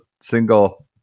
single